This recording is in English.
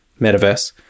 metaverse